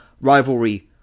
rivalry